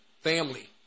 family